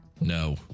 No